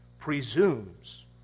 presumes